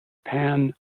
pan